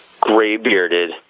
gray-bearded